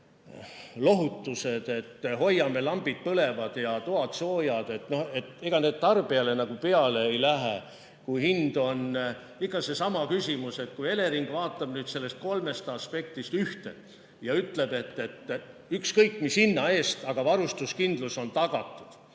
lohutused, et me hoiame lambid põlevad ja toad soojad, tarbijale peale ei lähe, kui hind on [selline]. Ikka seesama küsimus, et kui Elering vaatab sellest kolmest aspektist ühte ja ütleb, et ükskõik mis hinna eest, aga varustuskindlus on tagatud,